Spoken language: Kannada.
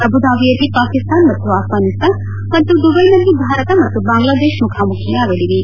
ಅಬುದಬಿಯಲ್ಲಿ ಪಾಕಿಸ್ತಾನ ಮತ್ತು ಆಘ್ಯಾನಿಸ್ತಾನ ಮತ್ತು ದುಬೈನಲ್ಲಿ ಭಾರತ ಮತ್ತು ಬಾಂಗ್ಡಾದೇಶ ಮುಖಾಮುಖಿಯಾಗಲಿವೆ